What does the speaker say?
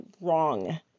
wrong